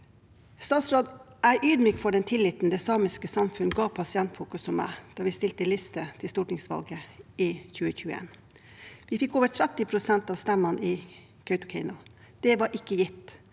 Jeg er ydmyk for den tilliten det samiske samfunnet ga Pasientfokus og meg da vi stilte liste til stortingsvalget i 2021. Vi fikk over 30 pst. av stemmene i Kautokeino. Det var ikke gitt,